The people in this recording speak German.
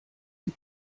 die